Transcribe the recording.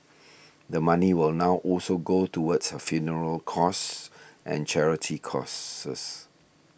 the money will now also go towards her funeral costs and charity causes